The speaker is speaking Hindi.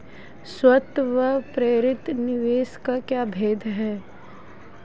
स्वायत्त व प्रेरित निवेश में क्या भेद है?